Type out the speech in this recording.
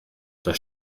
das